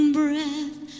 breath